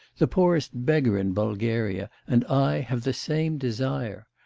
the poorest beggar in bulgaria, and i have the same desire.